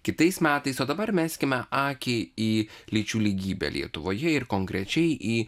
kitais metais o dabar meskime akį į lyčių lygybę lietuvoje ir konkrečiai į